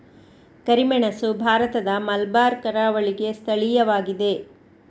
ಕರಿಮೆಣಸು ಭಾರತದ ಮಲಬಾರ್ ಕರಾವಳಿಗೆ ಸ್ಥಳೀಯವಾಗಿದೆ